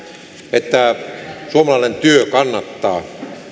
että suomalainen työ kannattaa